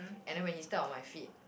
and then when he step on my feet